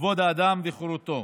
כבוד האדם וחירותו.